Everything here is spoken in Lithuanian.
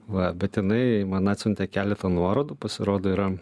va bet jinai man atsiuntė keletą nuorodų pasirodo yra